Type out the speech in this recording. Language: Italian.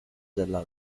della